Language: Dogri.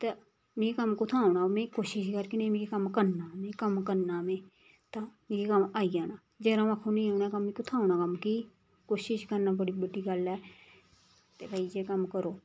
ते मिकी कम्म कुत्थां आना ओह् में कोशिश करगी नेईं में कम्म करना में कम्म करना में तां मिगी कम्म आई जाना जेकर आ'ऊं आक्खां मिकी नेईं औंदा ते मिकी कुत्थां आना कि कोशिश करना बड़ी बड्डी गल्ल ऐ ते भाई इ'यै कम्म करो